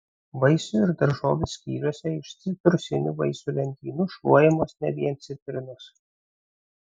vaisių ir daržovių skyriuose iš citrusinių vaisių lentynų šluojamos ne vien citrinos